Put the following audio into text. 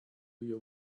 you